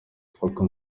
ufatwa